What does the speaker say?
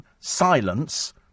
silence